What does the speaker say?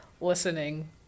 listening